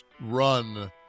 run